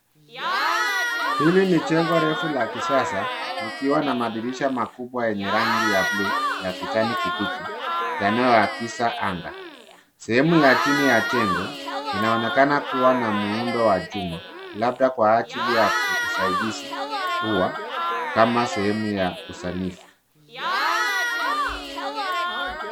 Hili ni jengo refu la kisasa likiwa na madirisha makubwa yenye rangi ya buluu na kijani kibichi yanayoakisi anga. Sehemu ya chini ya jengo inaonekana kuwa na chuma, labda kwa ajili ya usaidizi kuwa kama sehemu ya usanifu.